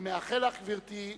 אני מאחל לך, גברתי,